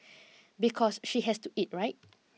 because she has to eat right